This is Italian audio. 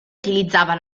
utilizzava